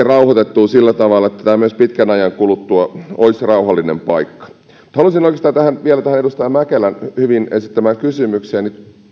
rauhoitettua sillä tavalla että se myös pitkän ajan kuluttua olisi rauhallinen paikka mutta haluaisin tarttua oikeastaan vielä tähän edustaja mäkelän hyvin esittämään kysymykseen